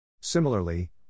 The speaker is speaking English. Similarly